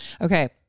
Okay